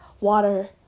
water